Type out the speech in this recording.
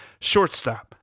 shortstop